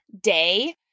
day